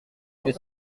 que